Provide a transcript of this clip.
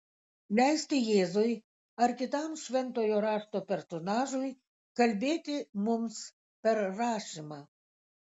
leisti jėzui ar kitam šventojo rašto personažui kalbėti mums per rašymą